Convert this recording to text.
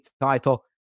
title